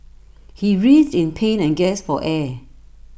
he writhed in pain and gasped for air